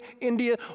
India